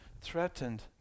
threatened